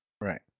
Right